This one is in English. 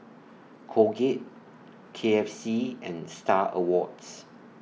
Colgate K F C and STAR Awards